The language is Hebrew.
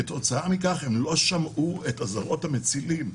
כתוצאה מכך הם לא שמעו את אזהרות המצילים,